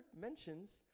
mentions